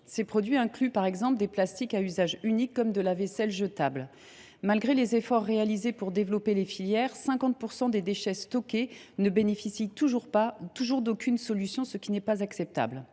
Ces produits incluent notamment des plastiques à usage unique, par exemple la vaisselle jetable. Malgré les efforts engagés pour développer les filières, 50 % des déchets stockés ne bénéficient toujours d’aucune solution, ce qui n’est pas acceptable.